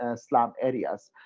ah slum areas